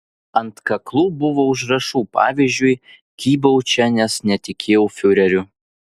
ant kaklų buvo užrašų pavyzdžiui kybau čia nes netikėjau fiureriu